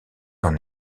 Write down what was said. leurs